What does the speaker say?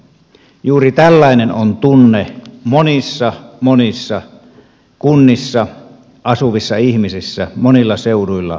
juuri tällainen on tunne monissa monissa kunnissa ihmisillä monilla seuduilla suomessa